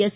S